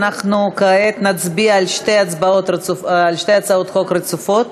אנחנו כעת נצביע על שתי הצעות חוק רצופות.